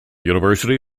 university